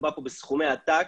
מדובר פה בסכומי עתק.